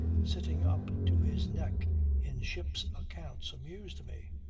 sitting up to his neck in ship's accounts amused me.